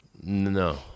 No